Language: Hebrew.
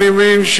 אני מבין,